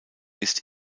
ist